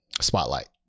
Spotlight